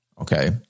Okay